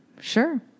Sure